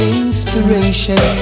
inspiration